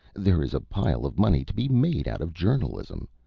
there is a pile of money to be made out of journalism,